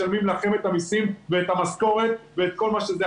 אנחנו אלה שמשלמים לכם את המיסים ואת המשכורת ואת כל מה שזה.